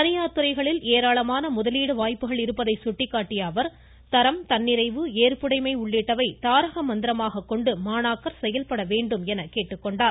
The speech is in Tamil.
தனியார் துறைகளில் ஏராளமான முதலீட்டு வாய்ப்புகள் இருப்பதை சுட்டிக்காட்டிய அவர் தரம் தன்னிறைவு ஏற்புடைமை உள்ளிட்டவற்றை தாரக மந்திரமாக கொண்டு மாணவர்கள் செயல்பட வேண்டும் என்று கேட்டுக்கொண்டார்